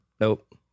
Nope